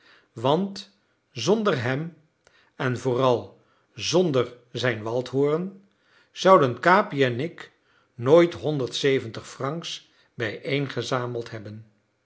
want zonder hem en vooral zonder zijn waldhoren zouden capi en ik nooit honderd zeventig francs bijeengezameld hebben